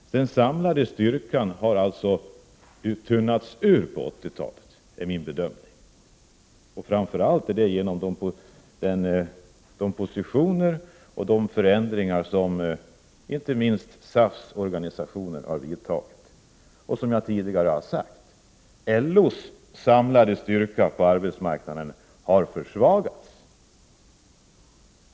Den samlade styrkan har alltså tunnats ut på 1980-talet — det är min bedömning — framför allt till följd av de positioner som inte minst SAF:s organisationer har intagit och de värderingar man har där. Som jag sagt tidigare har LO:s samlade styrka på arbetsmarknaden försvagats.